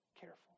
Careful